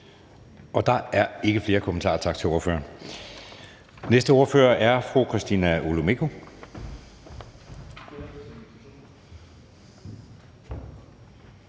Søe): Der ikke flere kommentarer. Tak til ordføreren. Den næste ordfører er fru Christina Olumeko,